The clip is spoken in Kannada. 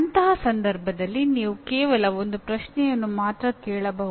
ಅಂತಹ ಸಂದರ್ಭದಲ್ಲಿ ನೀವು ಕೇವಲ ಒಂದು ಪ್ರಶ್ನೆಯನ್ನು ಮಾತ್ರ ಕೇಳಬಹುದು